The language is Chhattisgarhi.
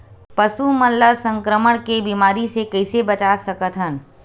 पशु मन ला संक्रमण के बीमारी से कइसे बचा सकथन?